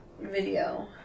video